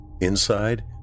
Inside